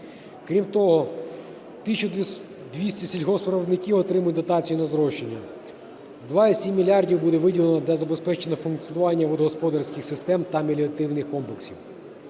Крім того, 1 тисяча 200 сільгоспвиробників отримають дотацію на зрошення, 2,7 мільярда буде виділено для забезпечення функціонування водогосподарських систем та меліоративних комплексів.